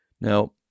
Now